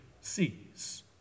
sees